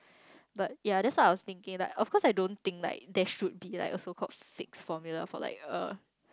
but ya that's what I was thinking like of course I don't think like there should be like a so called fixed formula for like a